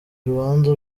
urubanza